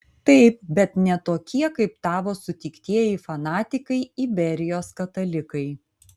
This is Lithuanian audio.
taip bet ne tokie kaip tavo sutiktieji fanatikai iberijos katalikai